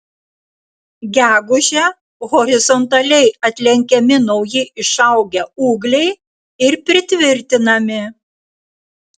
gegužę horizontaliai atlenkiami nauji išaugę ūgliai ir pritvirtinami